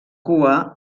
cua